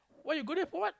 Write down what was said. why you go there for what